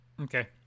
Okay